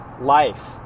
life